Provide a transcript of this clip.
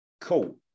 Cool